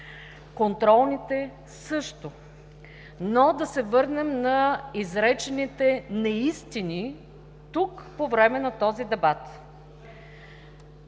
контролните – също. Но да се върнем на изречените неистини тук, по време на този дебат.